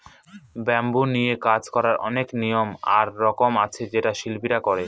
bamboo নিয়ে কাজ করার অনেক নিয়ম আর রকম আছে যেটা শিল্পীরা করে